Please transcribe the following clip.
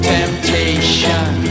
Temptation